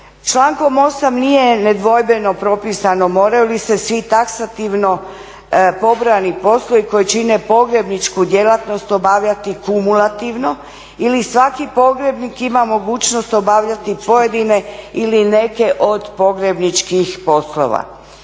Člankom 8. nije nedvojbeno propisano moraju li se svi taksativno … poslovi koji čine pogrebničku djelatnost obavljati kumulativno ili svaki pogrebnik ima mogućnost obavljati pojedine ili neke od pogrebničkih poslova.